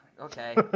okay